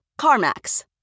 CarMax